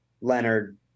Leonard